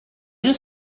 you